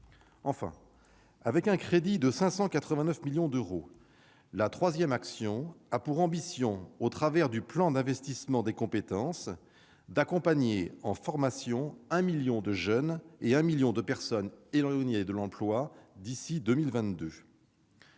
Enfin, avec un crédit de 589 millions d'euros, la troisième action a pour ambition, au travers du plan d'investissement dans les compétences (PIC), d'accompagner en formation, d'ici à 2022, environ 1 million de jeunes et 1 million de personnes éloignées de l'emploi.